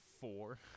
four